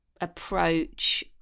approach